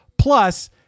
Plus